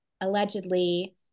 allegedly